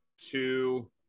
two